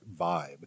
vibe